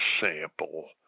sample